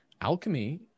alchemy